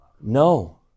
No